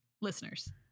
listeners